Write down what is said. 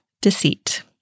deceit